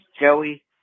Joey